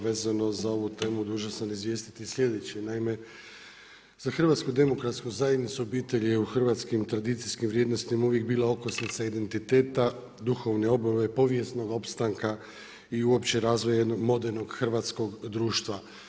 Vezano za ovu temu dužan sam izvijestiti sljedeće, naime za HDZ obitelj je u hrvatskim tradicijskim vrijednostima uvijek bila okosnica identiteta, duhovne obnove i povijesnog opstanka i uopće razvoj modernog hrvatskog društva.